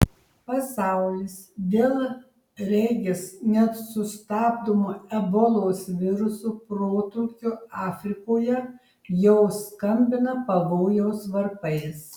pasaulis dėl regis nesustabdomo ebolos viruso protrūkio afrikoje jau skambina pavojaus varpais